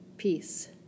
peace